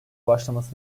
başlaması